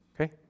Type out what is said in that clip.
Okay